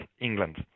England